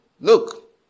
Look